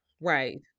right